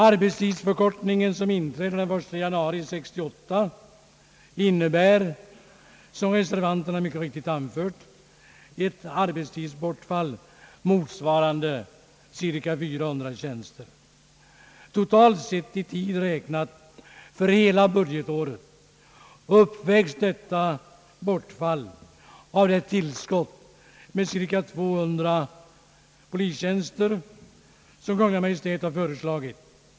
Arbetstidsförkortningen, som inträder den 1 januari 1968, innebär, som reservanterna mycket riktigt anfört, ett arbetstidsbortfall motsvarande cirka 400 tjänster. Totalt sett i tid räknat för hela budgetåret uppvägs detta av det tillskott på cirka 200 polistjänster, som Kungl. Maj:t har föreslagit.